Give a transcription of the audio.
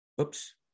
oops